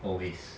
always